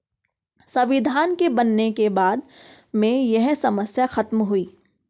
संविधान के बनने के बाद में यह समस्या खत्म हुई है